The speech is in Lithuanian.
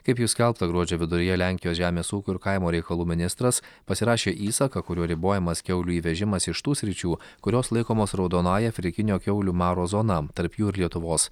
kaip jau skelbta gruodžio viduryje lenkijos žemės ūkio ir kaimo reikalų ministras pasirašė įsaką kuriuo ribojamas kiaulių įvežimas iš tų sričių kurios laikomos raudonąja afrikinio kiaulių maro zona tarp jų ir lietuvos